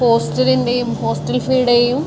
ഹോസ്റ്റലിൻ്റെയും hostel ഫീയുടെയും